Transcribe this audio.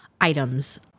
items